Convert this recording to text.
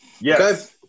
yes